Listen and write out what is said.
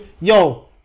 yo